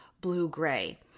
blue-gray